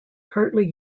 partly